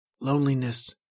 loneliness